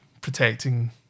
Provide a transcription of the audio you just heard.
protecting